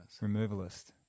Removalist